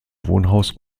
wohnhaus